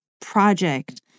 project